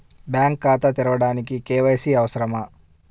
Bank ఖాతా తెరవడానికి KYC అవసరమా?